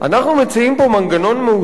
אנחנו מציעים פה מנגנון מאוזן,